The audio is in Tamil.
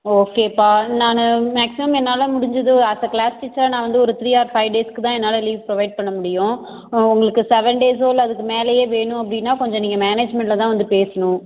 ஓகேப்பா நானு மேக்சிமம் என்னால் முடிந்தது ஆஸ் அ க்ளாஸ் டீச்சராக நான் வந்து ஒரு த்ரீ ஆர் ஃபைவ் டேஸ்க்கு தான் என்னால் லீவ் ப்ரொவைட் பண்ண முடியும் உங்களுக்கு செவன் டேஸ்ஸோ இல்லை அதுக்கு மேலேயோ வேணும் அப்படினா கொஞ்சோ நீங்கள் மேனேஜ்மெண்ட்டில் தான் வந்து பேசணும்